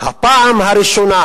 הפעם הראשונה